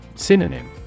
Synonym